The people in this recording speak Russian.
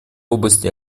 области